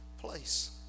place